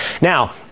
now